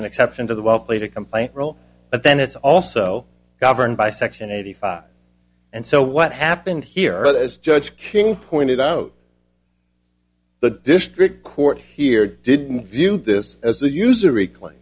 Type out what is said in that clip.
an exception to the well played a complaint role but then it's also governed by section eighty five and so what happened here as judge king pointed out the district court here didn't view this as a user re